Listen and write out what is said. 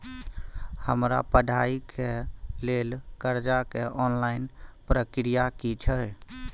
हमरा पढ़ाई के लेल कर्जा के ऑनलाइन प्रक्रिया की छै?